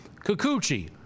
Kikuchi